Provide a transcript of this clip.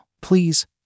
Please